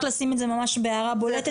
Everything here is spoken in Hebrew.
רק לשים את זה ממש בהערה בולטת.